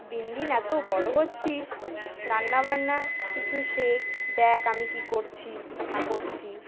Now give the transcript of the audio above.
দিন দিন এত বড়ো হচ্ছিস রান্না বান্না কিছু শেখ দেখ আমি কী করছি না করছি